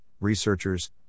researchers